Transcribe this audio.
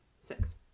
six